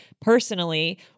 personally